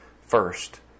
first